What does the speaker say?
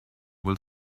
will